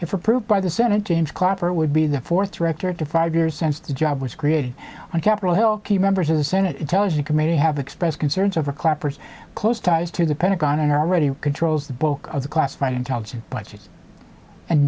if approved by the senate james clapper would be the fourth director to five years since the job was created on capitol hill key members of the senate intelligence committee have expressed concerns over clapper's close ties to the pentagon and already controls the bulk of the classified intelligence budgets and